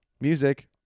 music